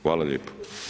Hvala lijepo.